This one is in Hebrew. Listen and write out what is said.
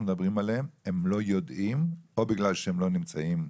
מדברים עליהם הם לא יודעים או בגלל שהם לא נמצאים,